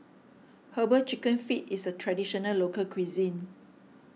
Herbal Chicken Feet is a Traditional Local Cuisine